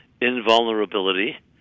invulnerability